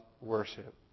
worship